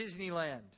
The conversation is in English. Disneyland